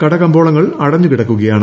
കടകമ്പോള ങ്ങൾ അടഞ്ഞുകിടക്കുകയാണ്